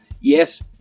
Yes